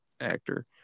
actor